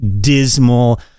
dismal